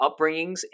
upbringings